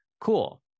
Cool